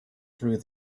through